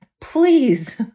Please